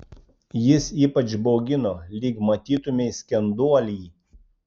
jis ypač baugino lyg matytumei skenduolį